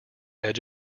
edge